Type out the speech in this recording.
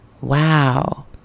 Wow